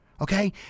okay